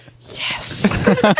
yes